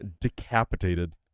Decapitated